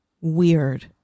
weird